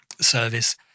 service